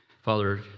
Father